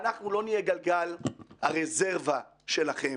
אנחנו לא נהיה גלגל הרזרבה שלכם.